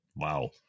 Wow